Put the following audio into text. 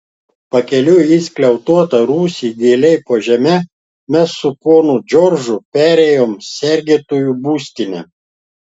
pakeliui į skliautuotą rūsį giliai po žeme mes su ponu džordžu perėjom sergėtojų būstinę